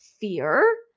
fear